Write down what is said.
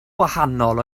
wahanol